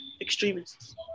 extremists